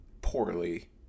poorly